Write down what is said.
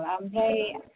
ओमफ्राय